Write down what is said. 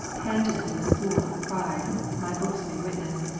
panting from the school of pride, my books may witness,